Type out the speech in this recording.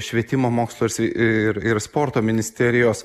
švietimo mokslo ir ir sporto ministerijos